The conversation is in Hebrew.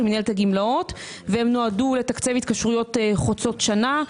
של מינהלת הגמלאות ונועדו לתקצב התקשרויות חוצות שנה,